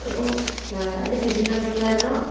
ଏବଂ ଆଦି ବିଭିନ୍ନ ପ୍ରକାରର